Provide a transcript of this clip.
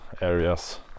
areas